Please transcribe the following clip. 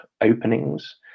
openings